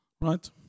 right